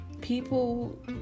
people